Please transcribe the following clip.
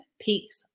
Peaks